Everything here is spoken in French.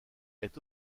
est